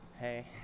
Hey